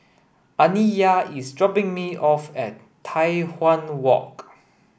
Aniyah is dropping me off at Tai Hwan Walk